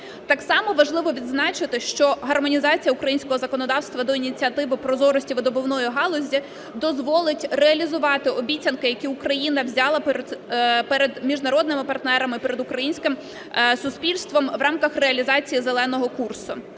Так само важливо відзначити, що гармонізація українського законодавства до Ініціативи прозорості видобувної галузі дозволить реалізувати обіцянки, які Україна взяла перед міжнародними партнерами, перед українським суспільством в рамках реалізації Зеленого курсу,